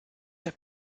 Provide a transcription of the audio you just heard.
der